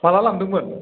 माब्ला लांदोंमोन